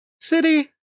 city